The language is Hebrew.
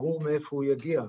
ברור מאיפה הוא יגיע,